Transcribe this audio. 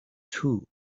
too